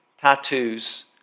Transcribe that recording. tattoos